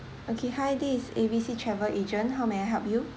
okay hi this is A B C travel agent how may I help you